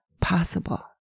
possible